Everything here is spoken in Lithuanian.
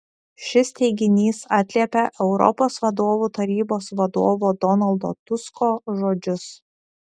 šis teiginys atliepia europos vadovų tarybos vadovo donaldo tusko žodžius